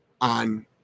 on